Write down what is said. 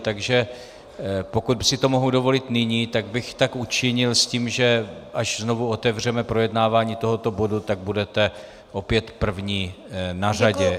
Takže pokud si to mohu dovolit nyní, tak bych tak učinil s tím, že až znovu otevřeme projednávání tohoto bodu, budete opět první na řadě.